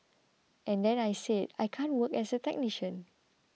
and then I said I can't work as a technician